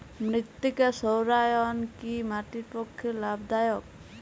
মৃত্তিকা সৌরায়ন কি মাটির পক্ষে লাভদায়ক?